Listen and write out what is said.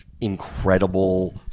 incredible